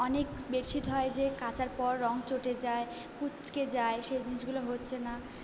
অনেক bed sheet হয় যে কাচার পর রঙ চটে যায় কুঁচকে যায় সেই জিনিসগুলো হচ্ছে না